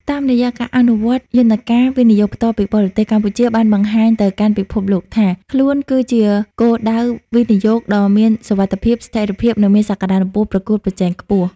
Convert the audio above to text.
តាមរយៈការអនុវត្តយន្តការ វិនិយោគផ្ទាល់ពីបរទេស កម្ពុជាបានបង្ហាញទៅកាន់ពិភពលោកថា ខ្លួនគឺជាគោលដៅវិនិយោគដ៏មានសុវត្ថិភាព ស្ថិរភាព និងមានសក្ដានុពលប្រកួតប្រជែងខ្ពស់។